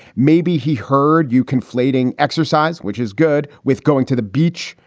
maybe he heard you conflating exercise, which is good with going to the beach,